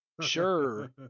Sure